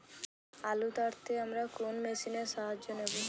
আলু তাড়তে আমরা কোন মেশিনের সাহায্য নেব?